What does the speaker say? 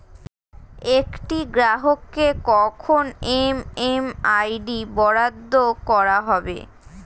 একটি গ্রাহককে কখন এম.এম.আই.ডি বরাদ্দ করা হবে?